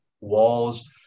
walls